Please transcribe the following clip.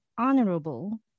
honorable